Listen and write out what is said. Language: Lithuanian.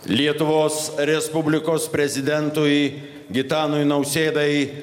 lietuvos respublikos prezidentui gitanui nausėdai